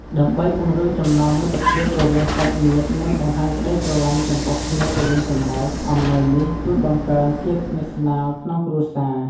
ដើម្បីពង្រឹងចំណងមិត្តភាពរវាងសាច់ញាតិ និងបង្ហាញក្តីស្រឡាញ់ចំពោះគ្នាទៅវិញទៅមក អំណោយនេះជួយបង្កើនភាពស្និទ្ធស្នាលក្នុងគ្រួសារ។